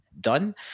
done